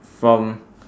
from